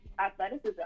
athleticism